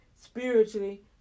spiritually